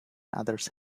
others